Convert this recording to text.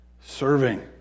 Serving